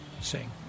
sing